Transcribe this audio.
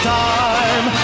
time